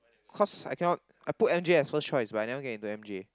cause I cannot I put M_J as first choice but I never get into M_J